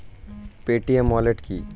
Paytm wallet কি?